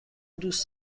دوست